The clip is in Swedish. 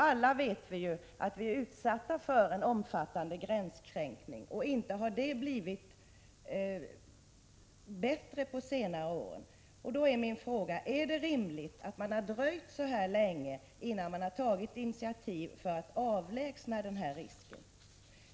Alla vet vi ju att vi är utsatta för en omfattande gränskränkning. Inte har det blivit bättre på senare år. Då är min fråga: Är det rimligt att man har dröjt så här länge innan man har tagit initiativ för att avlägsna den här risken?